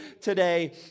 today